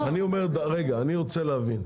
אני רוצה להבין,